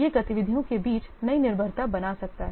यह गतिविधियों के बीच नई निर्भरता बना सकता है